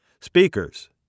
Speakers